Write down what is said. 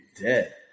dead